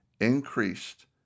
increased